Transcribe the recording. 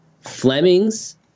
Flemings